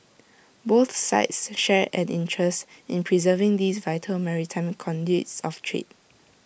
both sides share an interest in preserving these vital maritime conduits of trade